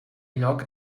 lloc